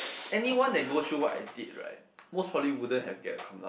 anyone they go through what I did right most probably wouldn't have get lah